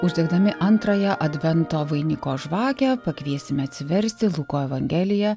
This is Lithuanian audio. uždegdami antrąją advento vainiko žvakę pakviesime atsiversti luko evangeliją